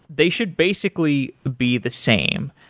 they should basically be the same,